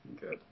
Good